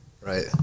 Right